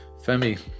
Femi